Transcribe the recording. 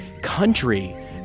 Country